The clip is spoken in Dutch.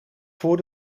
voor